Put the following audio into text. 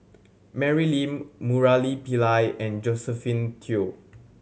Mary Lim Murali Pillai and Josephine Teo